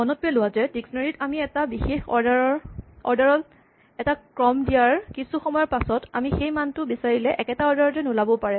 মনত পেলোৱা যে ডিক্সনেৰী ত আমি এটা বিশেষ অৰ্ডাৰ ত এটা ক্ৰম দিয়াৰ কিছু সময়ৰ পাছত আমি সেই মানটো বিচাৰিলে একেটা অৰ্ডাৰতে নুলাবও পাৰে